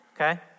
Okay